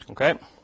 Okay